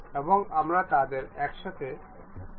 এবং আমরা তাদের একসাথে সঙ্গী করতে চাই